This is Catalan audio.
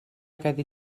quedi